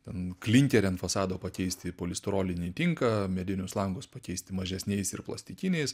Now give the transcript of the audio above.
ten klinkerį ant fasado pakeisti į polistirolinį tinką medinius langus pakeisti mažesniais ir plastikiniais